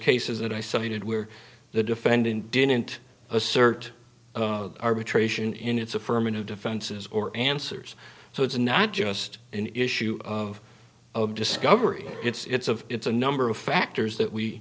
cases that i cited where the defendant didn't assert arbitration in its affirmative defenses or answers so it's not just an issue of of discovery it's of it's a number of factors that we